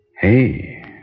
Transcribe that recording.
Hey